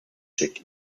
check